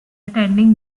attending